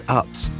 ups